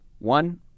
One